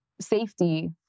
safety